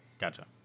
gotcha